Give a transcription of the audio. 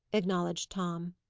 acknowledged tom.